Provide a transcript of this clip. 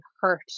hurt